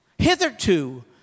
hitherto